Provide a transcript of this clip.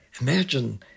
imagine